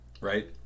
right